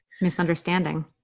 Misunderstanding